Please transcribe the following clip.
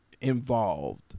involved